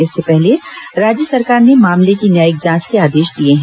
इससे पहले राज्य सरकार ने मामले की न्यायिक जांच के आदेश दिए हैं